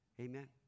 Amen